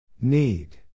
Need